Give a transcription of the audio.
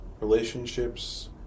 relationships